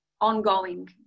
ongoing